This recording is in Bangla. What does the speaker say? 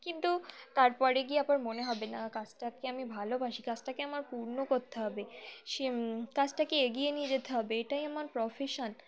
কিন্তু তারপরে গিয়ে আবার মনে হবে না কাজটাকে আমি ভালোবাসি কাজটাকে আমার পূর্ণ করতে হবে সে কাজটাকে এগিয়ে নিয়ে যেতে হবে এটাই আমার প্রফেশান